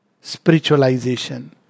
Spiritualization